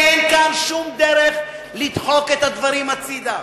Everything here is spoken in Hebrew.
אין פה שום דרך לדחוק את הדברים הצדה,